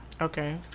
Okay